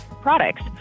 products